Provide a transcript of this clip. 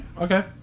Okay